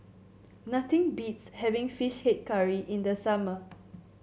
nothing beats having fish head curry in the summer